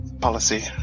policy